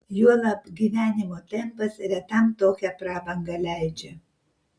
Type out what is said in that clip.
juolab gyvenimo tempas retam tokią prabangą leidžia